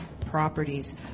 Properties